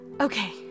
okay